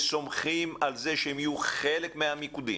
וסומכים על זה שהם יהיו חלק מהמיקודים